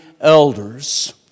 elders